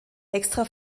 extra